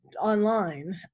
online